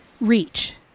reach